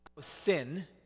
sin